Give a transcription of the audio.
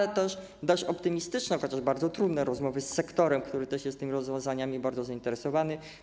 Są też dość optymistyczne, chociaż bardzo trudne, rozmowy z sektorem, który też jest tymi rozwiązaniami bardzo zainteresowany.